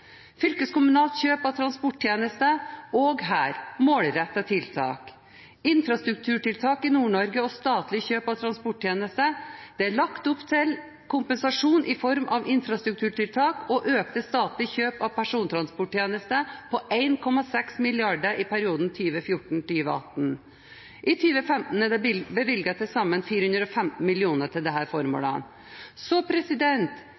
fylkeskommunalt kjøp av transporttjenester, anses tiltaket for å være målrettet. Videre står det i meldingen: «Infrastrukturtiltak i Nord-Norge og statlig kjøp av transporttjenester: Det er lagt opp til kompensasjon i form av infrastrukturtiltak og økt statlig kjøp av persontransporttjenester på 1,6 mrd. kroner i perioden 2014–2018. I 2015 er det bevilget til sammen 415 mill. kroner til disse formålene.» Så